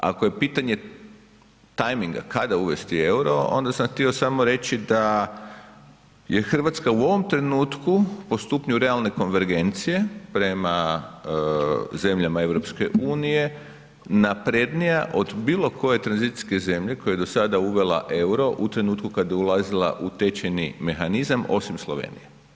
Ako je pitanje tajminga kada uvesti EUR-o, onda sam htio samo reći da je Hrvatska u ovom trenutku po stupnju realne konvergencije prema zemljama EU naprednija od bilo koje tranzicijske zemlje koja je do sada uvela EUR-o u trenutku kada je ulazila u tečajni mehanizam osim Slovenije.